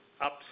up